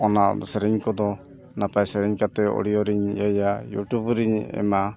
ᱚᱱᱟ ᱥᱮᱨᱮᱧ ᱠᱚᱫᱚ ᱱᱟᱯᱟᱭ ᱥᱮᱨᱮᱧ ᱠᱟᱛᱮᱫ ᱨᱮᱧ ᱤᱭᱟᱹᱭᱟ ᱨᱮᱧ ᱮᱢᱟ